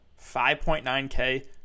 5.9K